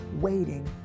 waiting